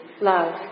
Love